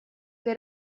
для